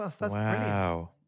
wow